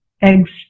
eggs